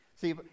See